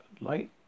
light